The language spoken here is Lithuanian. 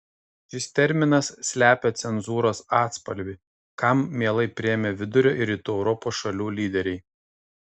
šis terminas slepia cenzūros atspalvį kam mielai priėmė vidurio ir rytų europos šalių lyderiai